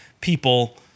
people